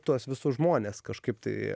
tuos visus žmones kažkaip tai